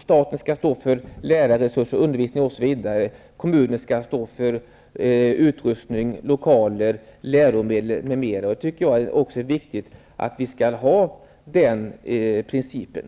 staten skall stå för lärarresurser för undervisningen osv., medan kommunen skall svara för utrustning, lokaler, läromedel m.m. Jag tycker också att det är viktigt att hålla på den principen.